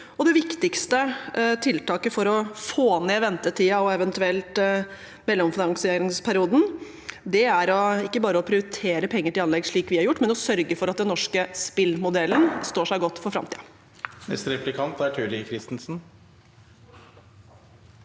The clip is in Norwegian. Det viktigste tiltaket for å få ned ventetiden og eventuelt mellomfinansieringsperioden er ikke bare å prioritere penger til anlegg, slik vi har gjort, men å sørge for at den norske spillmodellen står seg godt for framtiden.